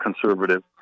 conservative